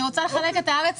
אני רוצה לחלק את הארץ